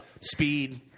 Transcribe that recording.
speed